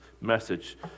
message